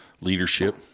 leadership